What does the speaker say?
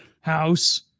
house